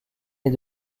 est